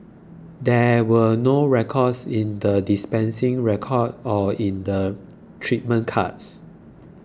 there were no records in the dispensing record or in the treatment cards